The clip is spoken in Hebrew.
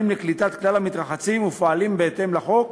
לקליטת כלל המתרחצים ופועלים בהתאם לחוק